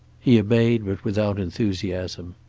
he obeyed, but without enthusiasm.